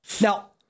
Now